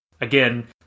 again